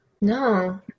no